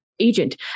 agent